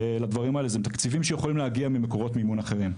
אלה תקציבים שיכולים להגיע ממקורות מימון אחרים.